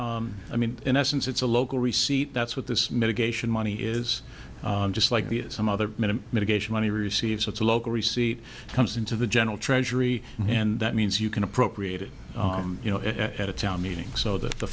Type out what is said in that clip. it's i mean in essence it's a local receipt that's what this mitigation money is just like via some other mitigation money receives it's a local receipt comes into the general treasury and that means you can appropriate it you know at a town meeting so that the